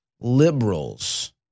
liberals